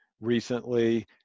recently